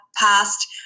passed